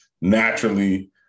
naturally